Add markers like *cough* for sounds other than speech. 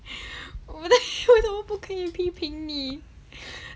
*breath* *laughs* 为什么不可以批评你 *laughs*